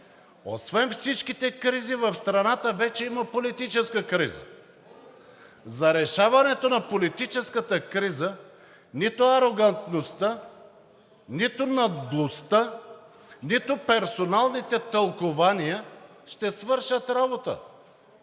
Освен всичките кризи в страната вече има политическа криза. За решаването на политическата криза нито арогантността, нито наглостта, нито персоналните тълкувания ще свършат работа.